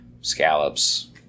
scallops